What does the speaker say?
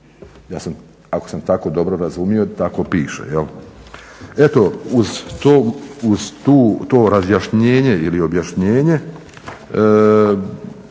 Ako sam dobro razumio tako piše. Eto uz to razjašnjenje ili objašnjenje